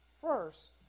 First